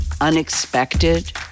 unexpected